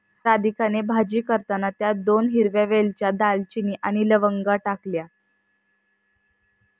राधिकाने भाजी करताना त्यात दोन हिरव्या वेलच्या, दालचिनी आणि लवंगा टाकल्या